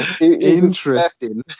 Interesting